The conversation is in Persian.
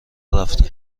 رفته